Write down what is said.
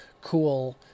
cool